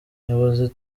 nyobozi